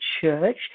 church